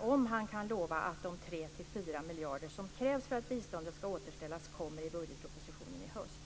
om han kan lova att de 3-4 miljarder som krävs för att biståndet ska återställas kommer med i budgetpropositionen i höst.